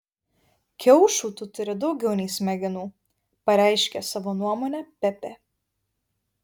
kiaušų tu turi daugiau nei smegenų pareiškė savo nuomonę pepė